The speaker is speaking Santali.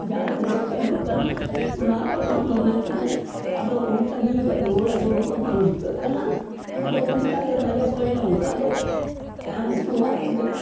ᱡᱟᱦᱟᱸ ᱨᱮᱴ ᱪᱟᱞᱩᱜ ᱠᱟᱱᱟ ᱚᱱᱟ ᱠᱷᱚᱡ ᱦᱚᱸ ᱫᱚᱢᱮ ᱠᱚᱢ ᱟᱫᱚ ᱩᱱᱥᱟ ᱜᱤᱧ ᱠᱷᱚᱡ ᱨᱩᱣᱟᱹᱲ ᱟ ᱜᱩ ᱦᱚᱸᱛᱚ ᱵᱟᱝ ᱡᱩᱛᱚᱜ ᱠᱟᱱᱟ ᱟᱫᱚ ᱩᱱᱡᱚᱠᱷᱟᱡ ᱫᱚ ᱫᱟᱭᱮ ᱯᱟᱭᱮ ᱚᱱᱠᱟᱜᱮ ᱮᱢ ᱚᱴᱚᱣᱟᱫ ᱠᱚᱜᱮ